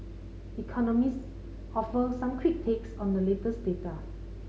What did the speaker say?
economists offer some quick takes on the latest data